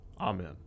Amen